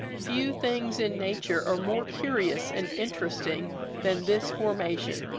few things in nature are more curious and interesting than this formation,